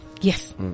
Yes